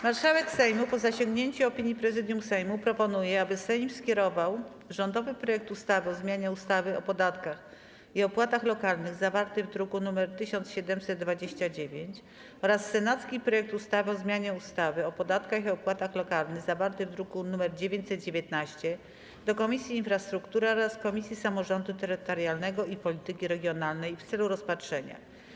Marszałek Sejmu, po zasięgnięciu opinii Prezydium Sejmu, proponuje, aby Sejm skierował rządowy projekt ustawy o zmianie ustawy o podatkach i opłatach lokalnych, zawarty w druku nr 1729, oraz senacki projekt ustawy o zmianie ustawy o podatkach i opłatach lokalnych, zawarty w druku nr 919, do Komisji Infrastruktury oraz Komisji Samorządu Terytorialnego i Polityki Regionalnej w celu rozpatrzenia.